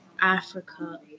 Africa